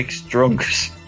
drunks